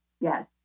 yes